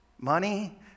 Money